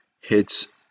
hits